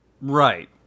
Right